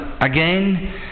again